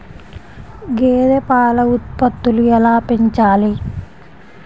గేదె పాల ఉత్పత్తులు ఎలా పెంచాలి?